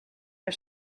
are